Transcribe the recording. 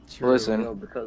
Listen